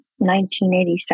1987